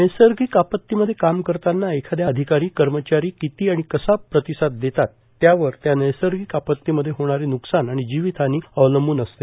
नैसर्गिक आपतीमध्ये काम करताना एखाद्या माहितीला अधिकारीए कर्मचारी किती आणि कसा प्रतिसाद देतात यावर त्या नैसर्गिक आपत्तीमध्ये होणारे न्कसान आणि जीवित हानी अवलंबून असते